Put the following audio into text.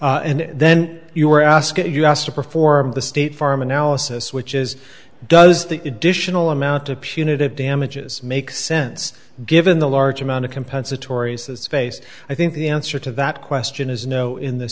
and then you are asking us to perform the state farm analysis which is does the additional amount of punitive damages make sense given the large amount of compensatory says face i think the answer to that question is no in th